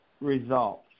results